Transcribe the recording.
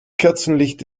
kerzenlicht